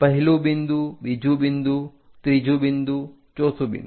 પહેલું બિંદુ બીજુ બિંદુ ત્રીજું બિંદુ ચોથું બિંદુ